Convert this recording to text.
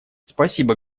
спасибо